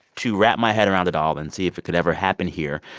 to wrap my head around it all and see if it could ever happen here,